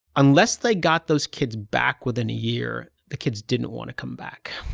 unless they got those kids back within a year, the kids didn't want to come back.